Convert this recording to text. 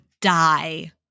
die